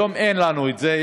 היום אין לנו את זה,